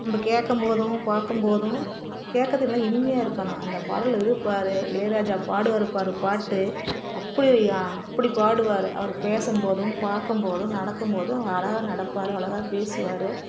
நம்ப கேட்கம்போதும் பார்க்கும்போதும் கேட்கதில்லாம் இனிமையாக இருக்கணும் அந்த பாடல் இது பார் இளையராஜா பாடுவார் பார் பாட்டு அப்படி அப்படி பாடுவார் அவர் பேசும்போதும் பார்க்கம்போதும் நடக்கும்போதும் அழகாக நடப்பார் அழகாக பேசுவார்